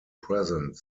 present